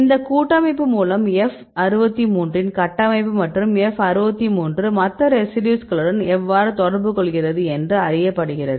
இந்தக் கூட்டமைப்பு மூலம் F63 இன் கட்டமைப்பு மற்றும் F63 மற்ற ரெசிடியூஸ்களுடன் எவ்வாறு தொடர்பு கொள்கிறது என்று அறியப்படுகிறது